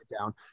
down